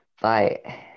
Bye